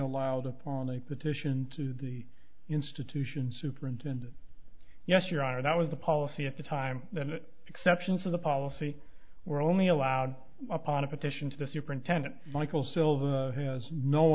allowed to pollinate petition to the institution superintendent yes your honor that was the policy at the time the exceptions of the policy were only allowed upon a petition to the superintendent michael silva who has no